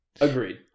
Agreed